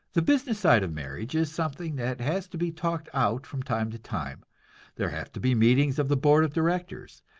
the business side of marriage is something that has to be talked out from time to time there have to be meetings of the board of directors,